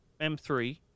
M3